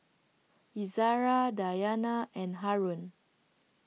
Izzara Dayana and Haron